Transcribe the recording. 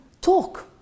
talk